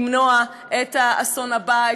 למנוע את האסון הבא,